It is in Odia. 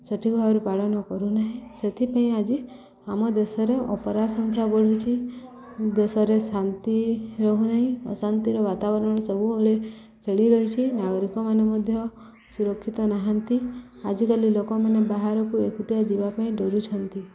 ସଠିକ୍ ଭାବରେ ପାଳନ କରୁନାହିଁ ସେଥିପାଇଁ ଆଜି ଆମ ଦେଶରେ ଅପରାଧ ସଂଂଖ୍ୟା ବଢ଼ୁଛି ଦେଶରେ ଶାନ୍ତି ରହୁନାହିଁ ଅଶାନ୍ତିର ବାତାବରଣ ସବୁବେଳେ ଖେଳି ରହିଛି ନାଗରିକମାନେ ମଧ୍ୟ ସୁରକ୍ଷିତ ନାହାନ୍ତି ଆଜିକାଲି ଲୋକମାନେ ବାହାରକୁ ଏକୁଟିଆ ଯିବା ପାଇଁ ଡ଼ରୁଛନ୍ତି